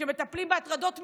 כשמטפלים בהטרדות מיניות,